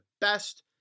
best